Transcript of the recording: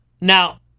Now